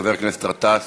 חבר הכנסת גטאס,